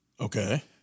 okay